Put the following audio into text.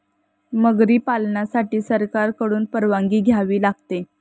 मगरी पालनासाठी सरकारकडून परवानगी घ्यावी लागते